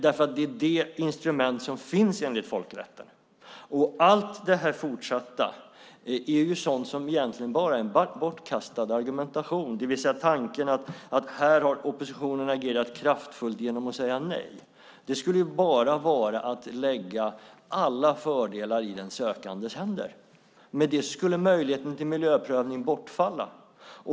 Detta är det instrument som finns enligt folkrätten. Allt det fortsatta är egentligen bara en bortkastad argumentation. Man påstår att oppositionen har agerat kraftfullt genom att säga nej, men det är faktiskt bara att lägga alla fördelar i den sökandes händer, för med det skulle möjligheten till miljöprövning bortfalla.